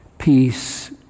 Peace